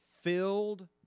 filled